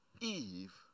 Eve